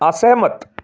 ਅਸਹਿਮਤ